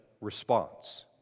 response